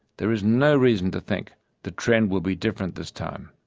there is no reason to think the trend will be different this time.